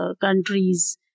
countries